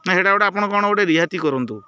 ନା ହେଇଟା ଗୋଟେ ଆପଣ କ'ଣ ଗୋଟେ ରିହାତି କରନ୍ତୁ